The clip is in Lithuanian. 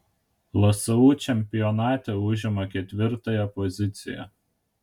lsu čempionate užima ketvirtąją poziciją